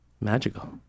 Magical